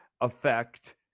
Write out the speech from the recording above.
effect